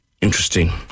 Interesting